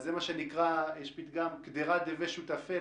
זה כמו הפתגם: קדירה דבי שותפי,